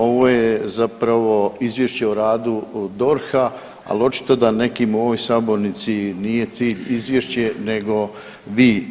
Ovo je zapravo Izvješće o radu DORH-a, ali očito da nekim u ovoj sabornici nije cilj Izvješće nego vi.